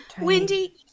Wendy